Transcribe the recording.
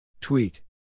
Tweet